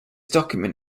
document